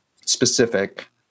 specific